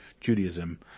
Judaism